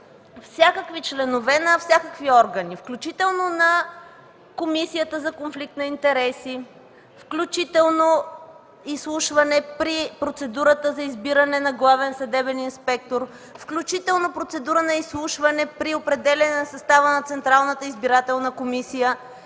всякакви членове на всякакви органи, включително на Комисията за конфликт на интереси, включително изслушване при процедурата за избиране на главен съдебен инспектор, включително процедура на изслушване при определяне на състава на Централната избирателна комисия.